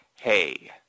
hey